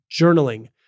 journaling